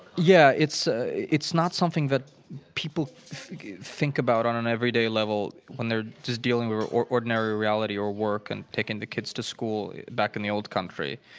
yeah, it's ah it's not something that people think about on an everyday level when they're just dealing with ordinary reality or work and taking the kids to school back in the old country.